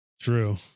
true